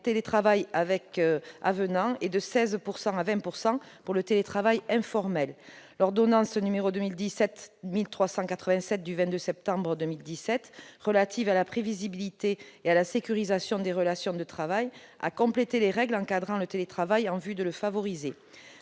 le télétravail avec avenant et de 16 % à 20 % pour le télétravail informel. L'ordonnance n° 2017-1387 du 22 septembre 2017, relative à la prévisibilité et à la sécurisation des relations de travail, a complété les règles encadrant le télétravail en vue de le favoriser.